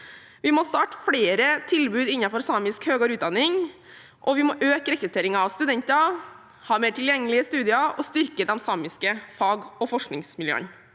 Vi må starte flere tilbud innenfor samisk høyere utdanning, og vi må øke rekrutteringen av studenter, ha mer tilgjengelige studier og styrke de samiske fagene og forskningsmiljøene.